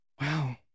Wow